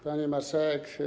Pani Marszałek!